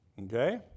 Okay